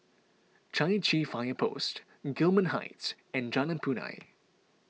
Chai Chee Fire Post Gillman Heights and Jalan Punai